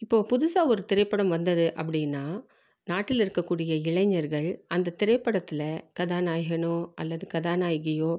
இப்போது புதுசாக ஒரு திரைப்படம் வந்தது அப்படின்னா நாட்டில் இருக்கக்கூடிய இளைஞர்கள் அந்த திரைப்படத்தில் கதாநாயகனோ அல்லது கதாநாயகியோ